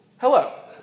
hello